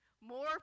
More